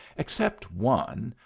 except one,